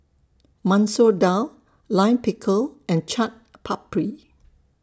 Masoor Dal Lime Pickle and Chaat Papri